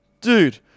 dude